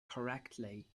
correctly